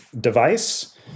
device